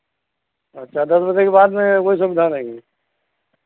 अच्छा दस बजे के बाद में कोई सुविधा नहीं है